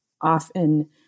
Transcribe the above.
often